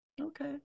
Okay